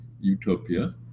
utopia